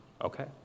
Okay